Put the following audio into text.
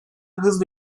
hızla